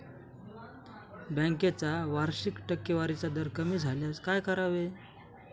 बँकेचा वार्षिक टक्केवारीचा दर कमी झाल्यास काय करावे?